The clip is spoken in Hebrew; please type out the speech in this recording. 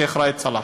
שיח' ראאד סלאח.